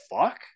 fuck